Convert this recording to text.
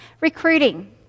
Recruiting